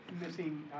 missing